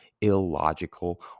illogical